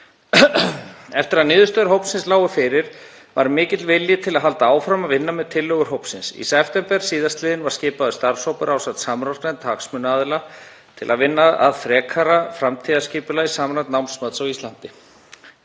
Eftir að niðurstöður hópsins lágu fyrir var mikill vilji til að halda áfram að vinna með tillögur hópsins. Í september sl. var skipaður starfshópur ásamt samráðsnefnd hagsmunaaðila til að vinna að frekara framtíðarskipulagi samræmds námsmats á Íslandi.